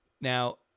Now